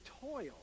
toil